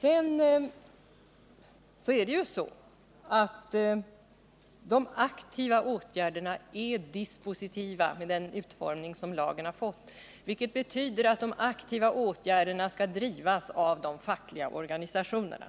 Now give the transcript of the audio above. Vidare är ju de aktiva åtgärderna med den utformning som lagen har fått dispositiva, vilket betyder att de aktiva åtgärderna skall drivas av de fackliga organisationerna.